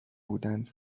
بودن